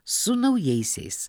su naujaisiais